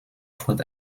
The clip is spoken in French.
forte